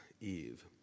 Eve